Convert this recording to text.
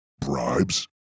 bribes